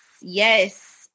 yes